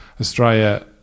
Australia